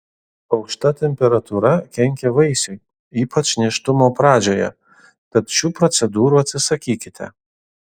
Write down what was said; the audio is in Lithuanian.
aukšta temperatūra kenkia vaisiui ypač nėštumo pradžioje tad šių procedūrų atsisakykite